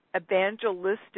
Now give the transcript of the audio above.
evangelistic